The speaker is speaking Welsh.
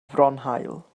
fronhaul